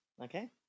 Okay